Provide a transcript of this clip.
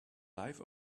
life